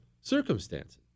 circumstances